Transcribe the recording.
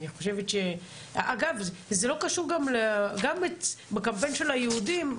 אגב, זה לא קשור דווקא לחברה הערבית.